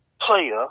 player